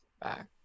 back